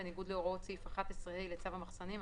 בניגוד להוראות סעיף 11(ה) לצו המחסנים,